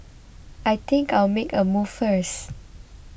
I think I'll make a move first